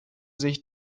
sich